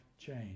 change